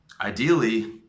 Ideally